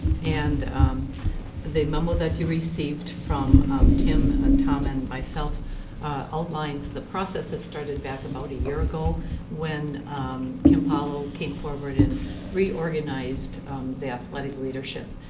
and um but the memo that you received from um tim, and tom, and myself outlines the process that started back about a year ago when kim paulo came forward and reorganized the athletic leadership.